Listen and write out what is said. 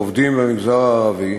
בקרב העובדים במגזר הערבי,